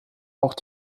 auch